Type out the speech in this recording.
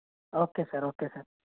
okay sir okay sir